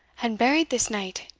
an' buried this night?